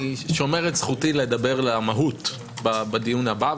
אני שומר את זכותי לדבר למהות בדיון הבא.